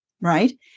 Right